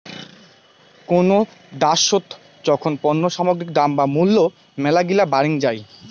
কোনো দ্যাশোত যখন পণ্য সামগ্রীর দাম বা মূল্য মেলাগিলা বাড়িং যাই